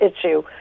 issue